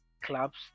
clubs